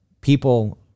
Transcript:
people